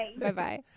bye-bye